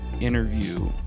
interview